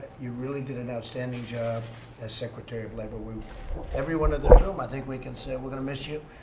you really did an outstanding job as secretary of labor. we everyone in this room, i think, we can say we're going to miss you.